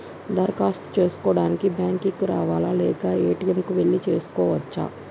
దరఖాస్తు చేసుకోవడానికి బ్యాంక్ కు రావాలా లేక ఏ.టి.ఎమ్ కు వెళ్లి చేసుకోవచ్చా?